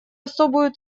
особую